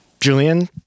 Julian